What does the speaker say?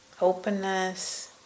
openness